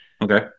Okay